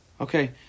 Okay